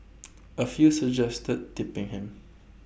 A few suggested tipping him